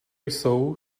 jsou